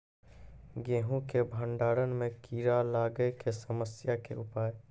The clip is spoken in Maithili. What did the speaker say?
गेहूँ के भंडारण मे कीड़ा लागय के समस्या के उपाय?